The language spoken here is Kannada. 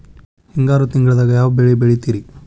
ಹಿಂಗಾರು ತಿಂಗಳದಾಗ ಯಾವ ಬೆಳೆ ಬೆಳಿತಿರಿ?